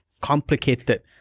complicated